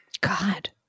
God